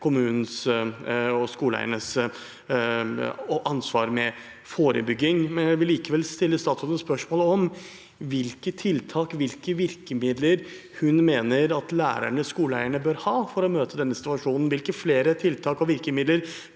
kommunens og skoleeiernes ansvar for forebygging. Jeg vil likevel stille statsråden spørsmål om hvilke tiltak og virkemidler hun mener at lærerne og skoleeierne bør ha for å møte denne situasjonen. Hvilke flere tiltak og virkemidler